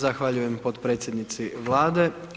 Zahvaljujem potpredsjednici Vlade.